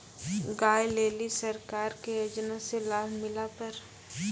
गाय ले ली सरकार के योजना से लाभ मिला पर?